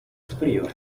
superiore